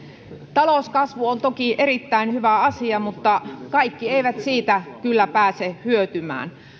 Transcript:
talouskasvu on toki erittäin hyvä asia mutta kaikki eivät siitä kyllä pääse hyötymään